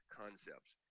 concepts